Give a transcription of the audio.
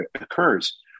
occurs